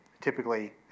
typically